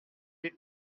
été